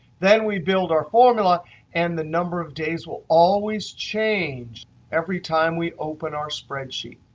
then we build our formula and the number of days will always change every time we open our spreadsheet.